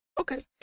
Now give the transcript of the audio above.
Okay